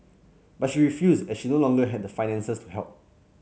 but she refused as she no longer had the finances to help